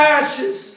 ashes